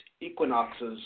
equinoxes